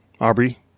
aubrey